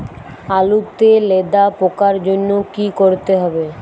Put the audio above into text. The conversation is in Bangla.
আলুতে লেদা পোকার জন্য কি করতে হবে?